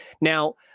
Now